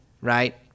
right